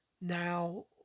now